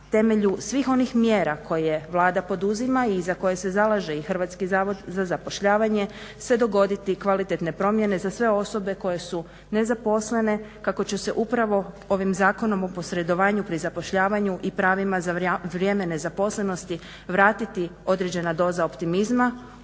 temelju svih onih mjera koje Vlada poduzima i za koje se zalaže i HZZ se dogoditi kvalitetne promjene za sve osobe koje su nezaposlene, kako će se upravo ovim zakonom u posredovanju pri zapošljavanju i pravima za vrijeme nezaposlenosti vratiti određena doza optimizma